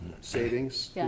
savings